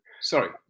Sorry